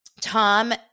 Tom